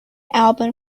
album